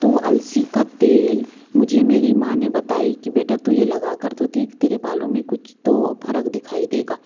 तो अलसी का तेल मुझे मेरी माँ ने बताई कि बेटा तू यह लगा कर तो देख तेरे बालों में कुछ तो फ़र्क दिखाई देगा